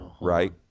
Right